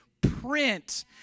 print